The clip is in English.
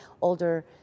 older